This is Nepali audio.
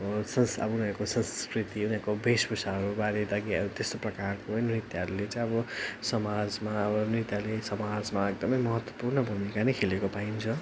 अब संस अब उनीहरूको संस्कृति उनीहरूको भेषभूषाहरू बारे त के अब त्यस्तो प्रकारको नृत्यहरूले चाहिँ अब समाजमा अब नृत्यले समाजमा एकदमै महत्त्वपूर्ण भूमिका नै खेलेको पाइन्छ